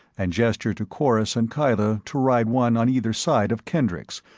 and gestured to corus and kyla to ride one on either side of kendricks,